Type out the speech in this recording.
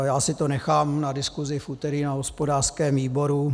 Já si to nechám na diskusi v úterý na hospodářském výboru.